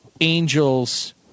angels